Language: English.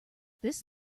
this